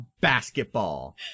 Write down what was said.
basketball